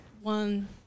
one